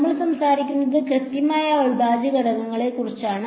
നമ്മൾ സംസാരിക്കുന്നത് കൃത്യമായ അവിഭാജ്യ ഘടകങ്ങളെക്കുറിച്ചാണ്